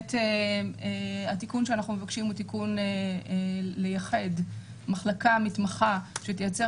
שבאמת התיקון שאנחנו מבקשים הוא תיקון לייחד מחלקה מתמחה שתייצר